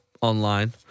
online